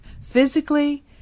physically